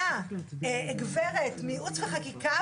שכתוב "חיילים לא יוכלו להיכנס",